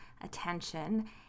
attention